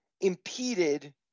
impeded